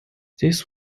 this